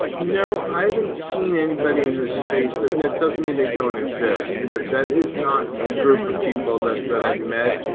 no, i didn't see anybody in this space, but that doesn't mean they don't exist. but that is not a group of people that that i've met.